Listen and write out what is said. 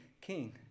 king